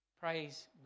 praise